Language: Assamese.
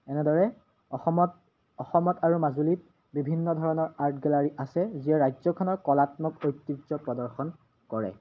এনেদৰে অসমত অসমত আৰু মাজুলীত বিভিন্ন ধৰণৰ আৰ্ট গেলাৰী আছে যিয়ে ৰাজ্যখনৰ কলাত্মক ঐতিহ্য প্ৰদৰ্শন কৰে